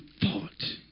thought